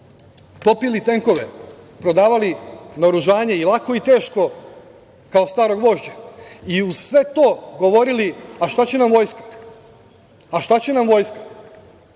topili tenkove, prodavali naoružanje, i lako i teško, kao staro gvožđe i uz sve to govorili – a šta će nam vojska?